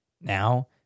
Now